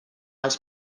els